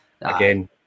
again